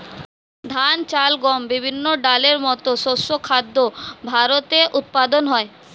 ধান, চাল, গম, বিভিন্ন ডালের মতো শস্য খাদ্য ভারতে উৎপাদন হয়